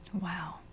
Wow